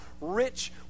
rich